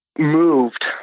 moved